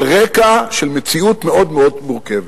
על רקע של מציאות מאוד מאוד מורכבת.